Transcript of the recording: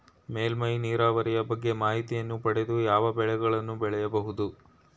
ಮೇಲ್ಮೈ ನೀರಾವರಿಯ ಬಗ್ಗೆ ಮಾಹಿತಿಯನ್ನು ಪಡೆದು ಯಾವ ಬೆಳೆಗಳನ್ನು ಬೆಳೆಯಬಹುದು?